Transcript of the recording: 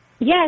Yes